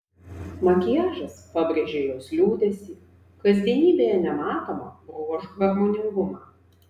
makiažas pabrėžė jos liūdesį kasdienybėje nematomą bruožų harmoningumą